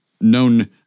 known